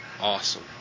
Awesome